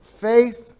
faith